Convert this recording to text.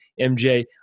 MJ